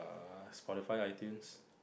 err Spotify iTunes